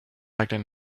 heiklen